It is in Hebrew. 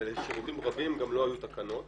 ולשירותים רבים גם לא היו תקנות.